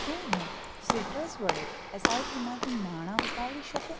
શું હું સિટ્રસ વડે એસઆઈપીમાંથી નાણાં ઉપાડી શકું